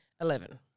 eleven